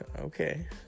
okay